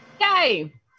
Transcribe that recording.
Yay